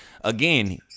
again